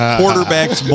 quarterbacks